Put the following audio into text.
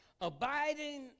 abiding